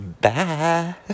Bye